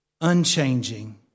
unchanging